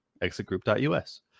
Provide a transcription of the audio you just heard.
Exitgroup.us